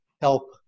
help